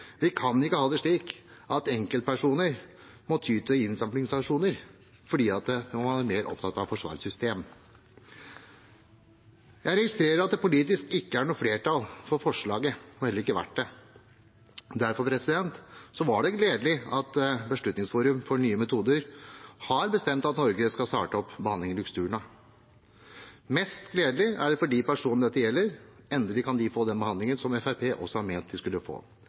Vi kan ikke ha det slik at enkeltpersoner må ty til innsamlingsaksjoner fordi man er mer opptatt av å forsvare et system. Jeg registrerer at det politisk ikke er flertall for forslaget, og har heller ikke vært det. Derfor var det gledelig at Beslutningsforum for nye metoder har bestemt at Norge skal starte opp behandling med Luxturna. Mest gledelig er det for de personene dette gjelder. Endelig kan de få den behandlingen som Fremskrittspartiet også har ment de skulle få.